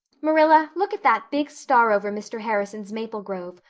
marilla, look at that big star over mr. harrison's maple grove,